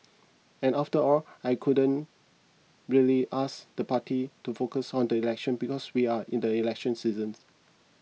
and after all I couldn't really ask the party to focus on the election because we are in the election season